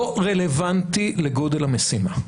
לא רלוונטי לגודל המשימה.